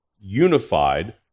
unified